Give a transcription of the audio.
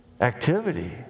activity